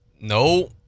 No